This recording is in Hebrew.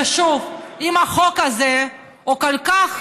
ושוב, אם החוק הזה הוא כל כך